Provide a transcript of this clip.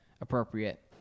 appropriate